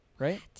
Right